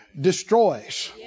destroys